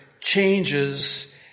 changes